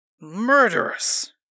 Murderous